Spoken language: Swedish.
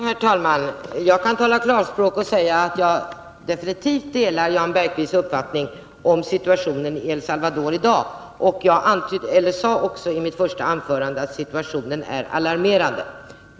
Herr talman! Jag kan tala klarspråk och säga att jag absolut delar Jan Bergqvists uppfattning om situationen i dag i El Salvador. Jag sade också i mitt första anförande att situationen är alarmerande.